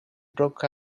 broke